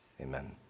Amen